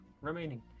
remaining